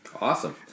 Awesome